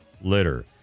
litter